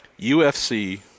UFC